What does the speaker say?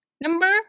Number